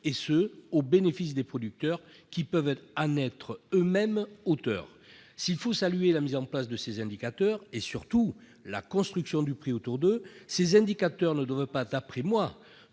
et ce au bénéfice des producteurs, qui peuvent en être eux-mêmes auteurs. S'il faut saluer la mise en place de ces indicateurs, et surtout la construction du prix autour d'eux, ces indicateurs ne doivent pas, d'après moi,